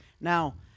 Now